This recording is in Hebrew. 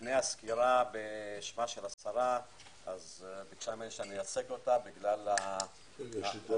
לפני הסקירה בישיבה של השרה היא ביקשה שאייצג אותה בדיון